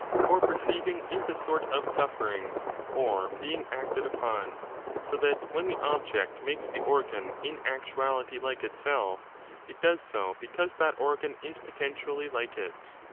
for perceiving is a sort of suffering or being acted upon so that when the object makes the organ in actuality like itself it does so because that organ is potentially like it.